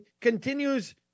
continues